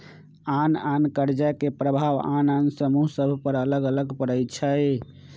आन आन कर्जा के प्रभाव आन आन समूह सभ पर अलग अलग पड़ई छै